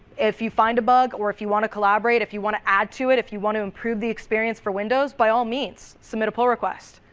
if you find a bug, if you want to collaborate, if you want to add to it, if you want to improve the experience for window, by all means, submit a request.